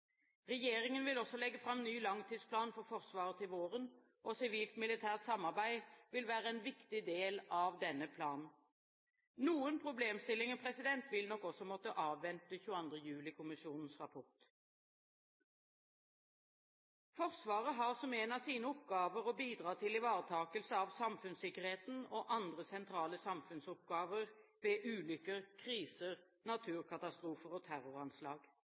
Regjeringen vil også legge fram ny langtidsplan for Forsvaret til våren. Sivil-militært samarbeid vil være en viktig del av denne planen. Noen problemstillinger vil nok også måtte avvente 22. juli-kommisjonens rapport. Forsvaret har som en av sine oppgaver å bidra til ivaretakelse av samfunnssikkerheten og andre sentrale samfunnsoppgaver ved ulykker, kriser, naturkatastrofer og terroranslag.